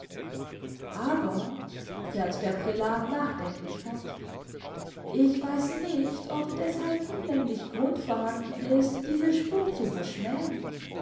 aber fährt der prälat nachdenklich fort ich weiß nicht ob deshalb hinlänglich grund vorhanden ist diese spur zu verschmähen